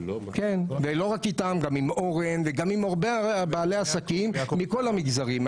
ולא רק איתה גם אורן וגם עם הרבה בעלי עסקים מכול המגזרים,